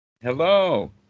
Hello